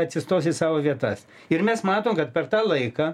atsistos į savo vietas ir mes matom kad per tą laiką